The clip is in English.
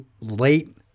late